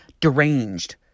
deranged